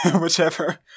whichever